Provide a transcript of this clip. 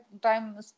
time